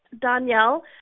Danielle